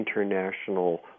international –